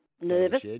nervous